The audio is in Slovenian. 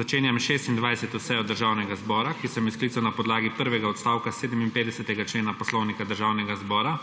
Začenjam 26. sejo Državnega zbora, ki sem jo sklical na podlagi prvega odstavka 57. člena Poslovnika Državnega zbora.